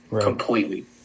completely